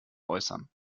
äußern